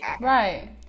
right